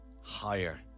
Higher